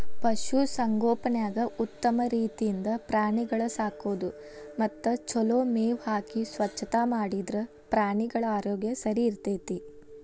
ಪಶು ಸಂಗೋಪನ್ಯಾಗ ಉತ್ತಮ ರೇತಿಯಿಂದ ಪ್ರಾಣಿಗಳ ಸಾಕೋದು ಮತ್ತ ಚೊಲೋ ಮೇವ್ ಹಾಕಿ ಸ್ವಚ್ಛತಾ ಮಾಡಿದ್ರ ಪ್ರಾಣಿಗಳ ಆರೋಗ್ಯ ಸರಿಇರ್ತೇತಿ